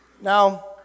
Now